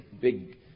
big